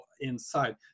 inside